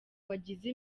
wagize